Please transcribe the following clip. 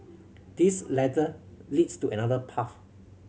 this ladder leads to another path